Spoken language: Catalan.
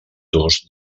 dos